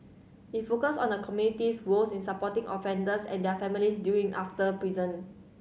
it focus on the community's role in supporting offenders and their families during after prison